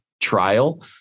trial